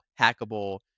hackable